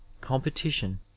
competition